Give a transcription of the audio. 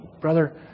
Brother